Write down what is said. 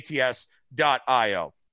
ATS.io